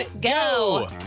go